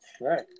right